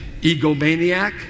egomaniac